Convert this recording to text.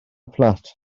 fflat